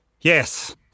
Yes